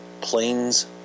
planes